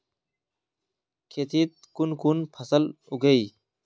खेतीत कुन कुन फसल उगेई?